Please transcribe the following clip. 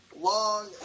long